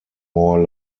more